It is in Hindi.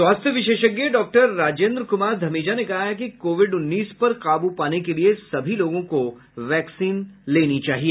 स्वास्थ्य विशेषज्ञ डॉक्टर राजेन्द्र कुमार धमीजा ने कहा है कि कोविड उन्नीस पर काबू पाने के लिए सभी लोगों को वैक्सीन लेनी चाहिए